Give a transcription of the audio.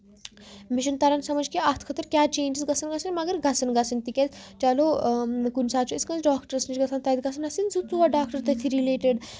مےٚ چھُنہٕ تران سَمجھ کہِ اَتھ خٲطرٕ کیٛاہ چینجِز گژھان گژھنٕۍ مَگر گژھنٕۍ گژھن تِکیازِ چَلو کُنہِ ساتہٕ چھِ أسۍ کٲنسہِ ڈاکٹرس نِش گژھان تَتہِ گژھن آسٕنۍ زٕ ژور ڈاکٹر تٔتھۍ رِلیٹڑ